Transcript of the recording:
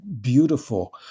beautiful